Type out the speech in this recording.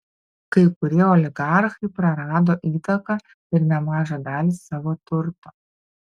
kai kurie oligarchai prarado įtaką ir nemažą dalį savo turto